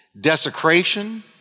desecration